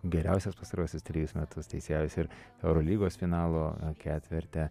geriausias pastaruosius trejus metus teisėjavęs ir eurolygos finalo ketverte